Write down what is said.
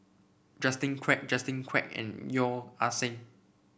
Justin Quek Justin Quek and Yeo Ah Seng